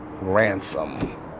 Ransom